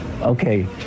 Okay